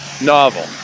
novel